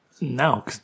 No